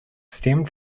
stemmed